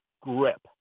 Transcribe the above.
grip